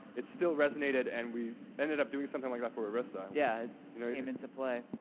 it still resonated, and we ended up doing something like that for orisa. yeah, you know it came into play.